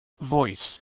Voice